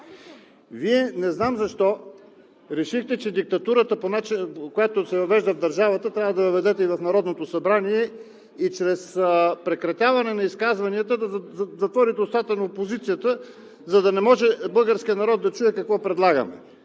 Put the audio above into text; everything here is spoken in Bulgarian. Вие не знам защо решихте, че диктатурата, която се въвежда в държавата, трябва да я въведете и в Народното събрание и чрез прекратяване на изказванията да затворите устатата на опозицията, за да не може българският народ да чуе какво предлагаме.